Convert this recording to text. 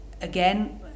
again